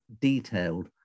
detailed